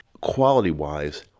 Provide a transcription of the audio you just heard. quality-wise